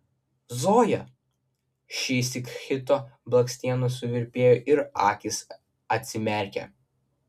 zoja šįsyk hito blakstienos suvirpėjo ir akys atsimerkė